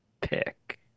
pick